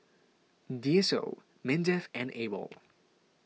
D S O Mindef and Awol